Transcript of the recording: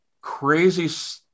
crazy